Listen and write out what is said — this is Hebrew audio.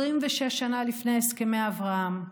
26 שנה לפני הסכמי אברהם,